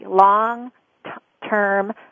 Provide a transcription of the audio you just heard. long-term